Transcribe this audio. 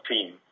team